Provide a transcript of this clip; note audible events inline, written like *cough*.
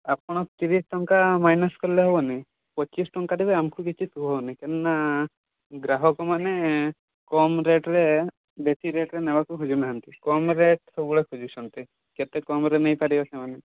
ଆପଣ ତିରିଶି ଟଙ୍କା ମାଇନସ୍ କଲେ ହେବନି ପଚିଶ ଟଙ୍କାରେ ବି ଆମକୁ କିଛି କୁହନି ନା ଗ୍ରାହକମାନେ କମ୍ ରେଟ୍ରେ ବେଶୀ ରେଟ୍ରେ ନେବାକୁ *unintelligible* କମ୍ ରେଟ୍ ସବୁବେଳେ ଖୋଜୁଛନ୍ତି କେତେ କମ୍ରେ ନେଇପାରିବେ ସେମାନେ